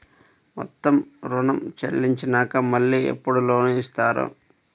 మొత్తం ఋణం చెల్లించినాక మళ్ళీ ఎప్పుడు లోన్ ఇస్తారు?